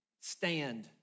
stand